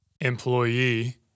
employee